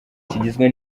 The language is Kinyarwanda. kigizwe